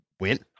went